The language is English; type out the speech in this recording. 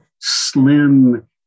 slim